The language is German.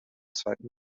zweiten